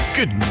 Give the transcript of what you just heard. Good